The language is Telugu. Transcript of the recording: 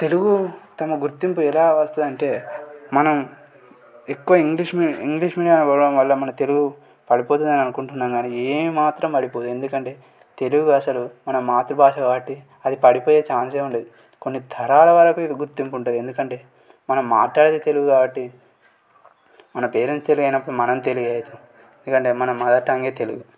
తెలుగు తమ గుర్తింపు ఎలా వస్తుంది అంటే మనం ఎక్కువ ఇంగ్లీష్ మీ ఇంగ్లీష్ మీడియం అవ్వడం వల్ల మన తెలుగు పడిపోతుందని అనుకుంటున్నం కానీ ఏమాత్రం పడిపోదు ఎందుకంటే తెలుగు అసలు మన మాతృభాష కాబట్టి అది పడిపోయే ఛాన్సే ఉండదు కొన్ని తరాల వరకు ఇది గుర్తింపు ఉంటుంది ఎందుకంటే మనం మాట్లాడేది తెలుగు కాబట్టి మన పేరెంట్స్ తెలుగు అయినప్పుడు మనం తెలుగే అవుతాం ఎందుకంటే మన మదర్ టంగే తెలుగు